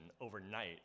overnight